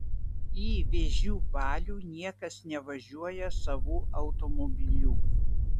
į vėžių balių niekas nevažiuoja savu automobiliu